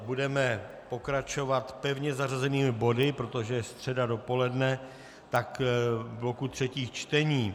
Budeme pokračovat pevně zařazenými body, protože je středa dopoledne, tak bloku třetích čtení.